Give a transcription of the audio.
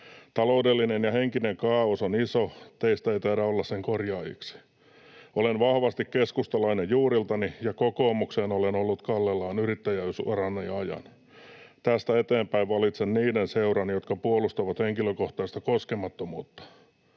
Taloudellinen ja henkinen kaaos on iso. Teistä ei taida olla sen korjaajiksi. Olen vahvasti keskustalainen juuriltani ja kokoomukseen olen ollut kallellaan yrittäjyysurani ajan. Tästä eteenpäin valitsen niiden seuran, jotka puolustavat henkilökohtaista koskemattomuutta.